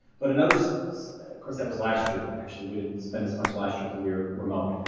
but another course that was last year. actually we didn't spend as much last year as we were. remote,